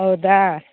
ಹೌದಾ